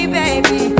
baby